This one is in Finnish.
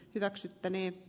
hyväksyttänee